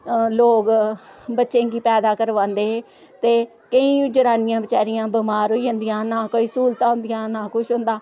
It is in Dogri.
हा लोग बच्चे गी पेदा करवांदे हे ते केईं जनानियां बचैरियां बमार होई जंदी न कोई सहूलता होंदिया न कुछ होंदा अजकल्ल